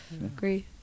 agree